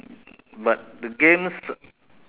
but the games